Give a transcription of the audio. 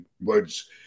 words